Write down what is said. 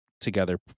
together